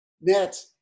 Net